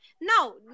no